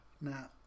Now